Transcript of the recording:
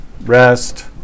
rest